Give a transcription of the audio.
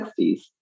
1960s